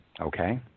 Okay